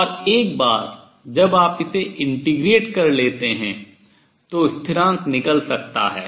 और एक बार जब आप इसे integrate समाकलित कर लेते हैं तो स्थिरांक निकल सकता है